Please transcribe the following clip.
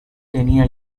tenia